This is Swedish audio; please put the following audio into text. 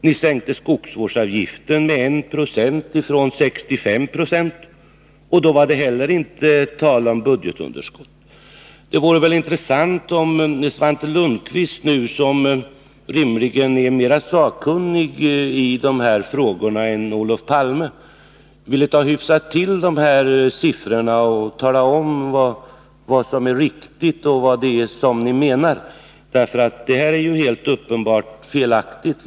Ni sänkte skogsvårdsavgiften med 1 20 från 65 96. Då var det inte tal om budgetunderskott.” Det vore värdefullt om Svante Lundkvist, som rimligen är mera sakkunnig än Olof Palme i dessa frågor, ville hyfsa till siffrorna och tala om vad som är riktigt. Vidare vore det intressant att få höra vad ni menar. Det som Olof Palme sade är helt uppenbart felaktigt.